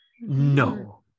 No